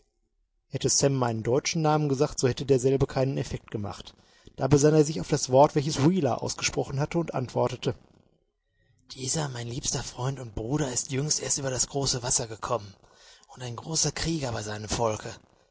hätte sam meinen deutschen namen gesagt so hätte derselbe keinen effekt gemacht da besann er sich auf das wort welches wheeler ausgesprochen hatte und antwortete dieser mein liebster freund und bruder ist jüngst erst über das große wasser gekommen und ein großer krieger bei seinem volke